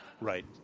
Right